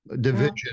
division